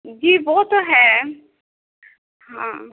جی وہ تو ہے ہاں